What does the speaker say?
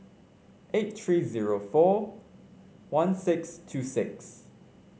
eight three zero four one six two six